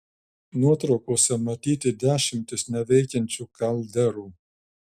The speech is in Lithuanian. nuotraukose matyti dešimtys neveikiančių kalderų